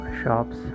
shops